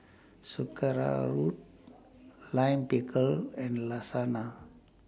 Sauerkraut Lime Pickle and Lasagna